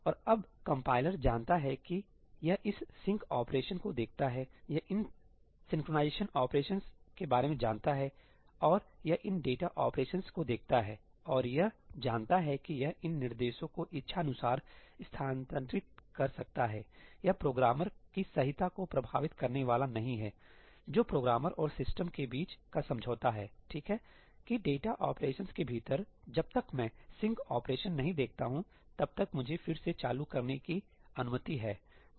और अब कंपाइलर जानता है कि यह इस सिंक ऑपरेशन को देखता है यह इन सिंक्रोनाइज़ेशन ऑपरेशंस के बारे में जानता है और यह इन डेटा ऑपरेशंस को देखता है और यह जानता है कि यह इन निर्देशों को इच्छानुसार स्थानांतरित कर सकता हैयह प्रोग्रामर की सहीता को प्रभावित करने वाला नहीं है जो प्रोग्रामर और सिस्टम के बीच का समझौता है ठीक है कि डेटा ऑपरेशंस के भीतर जब तक मैं सिंक ऑपरेशन नहीं देखता हूं तब तक मुझे फिर से चालू करने की अनुमति है